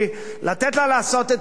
לתת לה לעשות את העבודה,